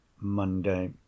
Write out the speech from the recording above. Monday